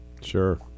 Sure